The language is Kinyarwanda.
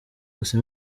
gusa